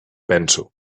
penso